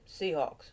Seahawks